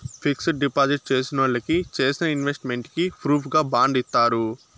fixed deposit చేసినోళ్ళకి చేసిన investment కి ప్రూఫుగా బాండ్ ఇత్తారు